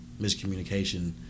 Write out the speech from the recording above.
miscommunication